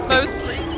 Mostly